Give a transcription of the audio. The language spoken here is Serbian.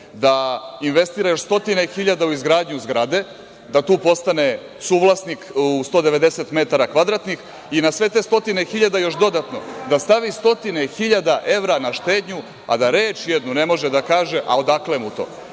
da investira još stotine hiljada u izgradnju zgrade, da tu postane suvlasnik u 190 metara kvadratnih, i na sve te stotine hiljada još dodatno da stavi stotine hiljada evra na štednju, a da reč jednu ne može da kaže odakle mu